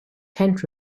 tent